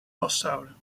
vasthouden